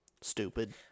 stupid